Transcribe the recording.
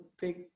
big